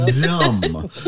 Dumb